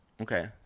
Okay